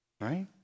right